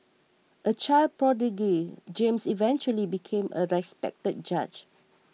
a child prodigy James eventually became a respected judge